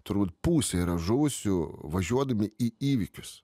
turbūt pusė yra žuvusių važiuodami į įvykius